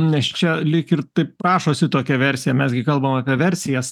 nes čia lyg ir taip prašosi tokia versija mes gi kalbam apie versijas